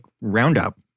Roundup